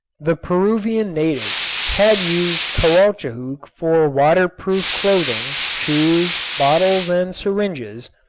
the peruvian natives had used caoutchouc for water-proof clothing, shoes, bottles and syringes,